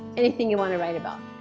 anything you want to write about.